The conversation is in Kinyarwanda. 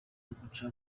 guca